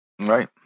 Right